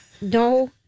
No